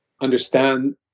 understand